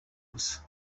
ubusa